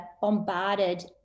bombarded